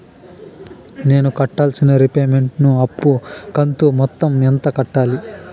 నేను కట్టాల్సిన రీపేమెంట్ ను అప్పు కంతు మొత్తం ఎంత కట్టాలి?